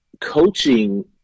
coaching